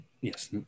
yes